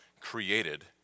created